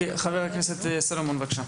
חבר הכנסת סולומון, בבקשה.